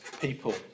people